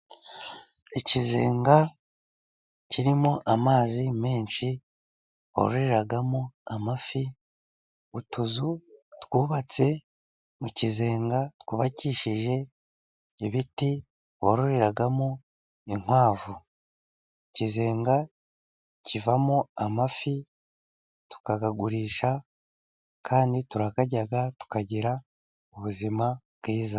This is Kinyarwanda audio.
Ikizenga kirimo amazi menshi bororeramo amafi, utuzu twubatse mu kizenga twubakishije ibiti bororeramo inkwavu, ikizenga kivamo amafi tukayagurisha kandi turayarya tukagira ubuzima bwiza.